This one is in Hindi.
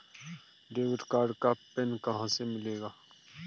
डेबिट कार्ड का पिन कहां से मिलेगा?